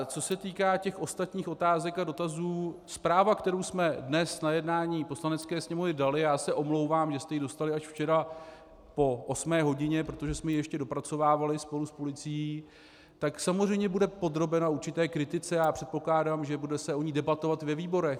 Co se týká těch ostatních otázek a dotazů, zpráva, kterou jsme dnes na jednání Poslanecké sněmovny dali, já se omlouvám, že jste ji dostali až včera po osmé hodině, protože jsme ji ještě dopracovávali spolu s policií, tak samozřejmě bude podrobena určité kritice a já předpokládám, že se o ní bude debatovat ve výborech.